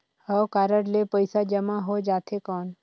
हव कारड ले पइसा जमा हो जाथे कौन?